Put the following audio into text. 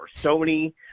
Sony